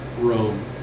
Rome